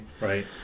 Right